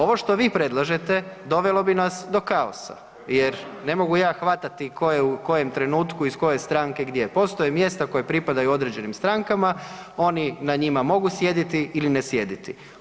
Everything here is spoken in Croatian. Ovo što vi predlažete dovelo bi nas do kaosa jer ne mogu ja hvatati tko je u kojem trenutku iz koje stranke gdje, postoje mjesta koja pripadaju određenim strankama, oni na njima mogu sjediti ili ne sjediti.